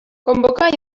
convoca